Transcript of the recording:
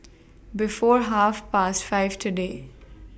before Half Past five today